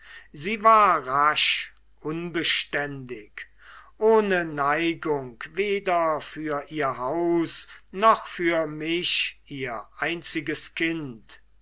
sie war rasch unbeständig ohne neigung weder für ihr haus noch für mich ihr einziges kind